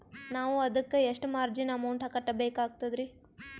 ನಾವು ಅದಕ್ಕ ಎಷ್ಟ ಮಾರ್ಜಿನ ಅಮೌಂಟ್ ಕಟ್ಟಬಕಾಗ್ತದ್ರಿ?